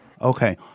Okay